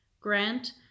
Grant